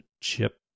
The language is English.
chip